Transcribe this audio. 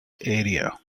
area